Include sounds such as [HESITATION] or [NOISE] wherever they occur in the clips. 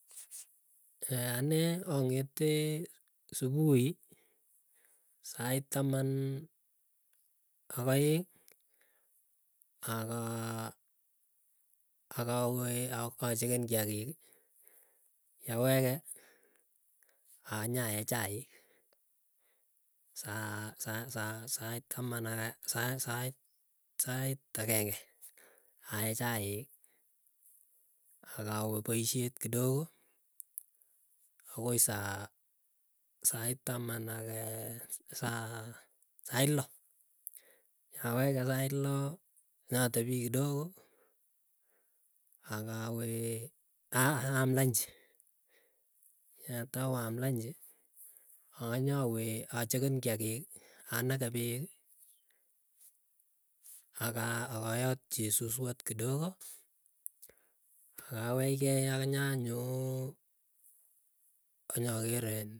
[HESITATION] anee ang'ete supui sait taman ak aeng akawe akachecken kiagik. Yawege anyae chaik, sait taman ak ageng'e ae chaik, akawe poisyet kidogo, agoi saa sait loo. Nyawege sait loo nyatepii kidogo akawee aam lunch. Yatau aam lunch akanyawe acheken kiagiki anake peeki, akayatchi suswot kidogo akawechkei anyanyoo anyaker in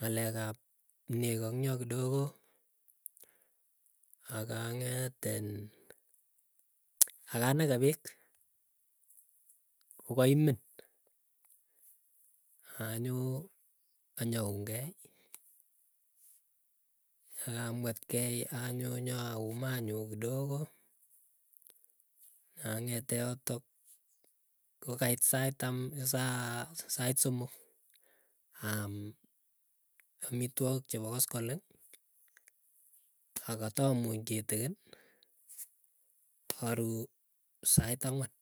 ng'alek ap nego in yoo kidogo, akang'etin akanake peek. Kokaimen anyoo anyaungei yekamwetkei anyoo nyau maa nyuu kidogo, ang'ete yotok kokait sait tama sait somok. Aam amitwogik somok chepo koskoleng akatamuny kitikiny, aruu sait angwan.